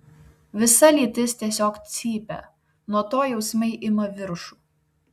visa lytis tiesiog cypia nuo to jausmai ima viršų